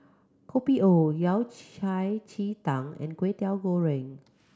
Kopi O Yao Cai chi tang and Kwetiau Goreng